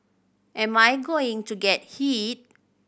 am I going to get hit